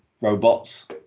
robots